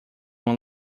uma